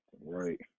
right